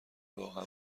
واقعا